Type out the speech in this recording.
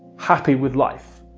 happy with life.